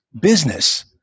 business